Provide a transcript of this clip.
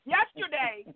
Yesterday